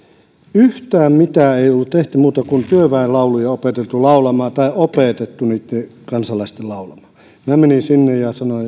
yhtään mitään ei ollut tehty muuta kuin työväenlauluja opeteltu laulamaan tai opetettu niitten kansalaiset laulamaan minä menin sinne